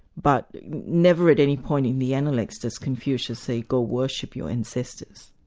but never at any point in the analects does confucius say go worship your ancestors.